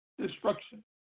destruction